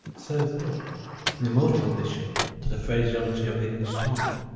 serviceable and immortal addition to the phraseology of the english tongue.